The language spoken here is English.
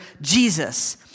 Jesus